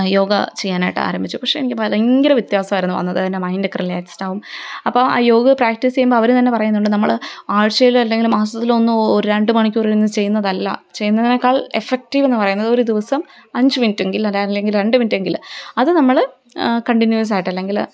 യോഗ ചെയ്യാനായിട്ട് ആരംഭിച്ചു പക്ഷെ എനിക്ക് ഭയങ്കര വ്യത്യാസമായിരുന്നു വന്നത് എന്റെ മൈൻഡൊക്കെ റിലാക്സ്ഡാവും അപ്പോള് ആ യോഗ പ്രാക്ടീസെയ്യുമ്പോള് അവര് തന്നെ പറയുന്നുണ്ട് നമ്മള് ആഴ്ചയില് അല്ലെങ്കില് മാസത്തിലൊന്നും ഒരു രണ്ടു മണിക്കൂര് നിന്നു ചെയ്യുന്നതല്ല ചെയ്യുന്നതിനേക്കാൾ എഫക്റ്റീവെന്നു പറയുന്നത് ഒരു ദിവസം അഞ്ച് മിനിറ്റെങ്കില് അതല്ലെങ്കില് രണ്ട് മിനിറ്റെങ്കില് അതു നമ്മള് കണ്ടിന്യൂസായിട്ട് അല്ലെങ്കില്